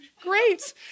Great